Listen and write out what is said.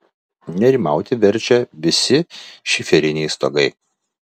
nerimauti verčia visi šiferiniai stogai